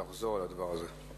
לחזור על הדבר הזה.